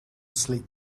sleep